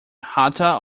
hatta